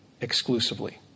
exclusively